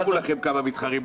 קמו לכם כמה מתחרים,